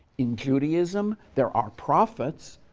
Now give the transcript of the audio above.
in judaism, there are prophets,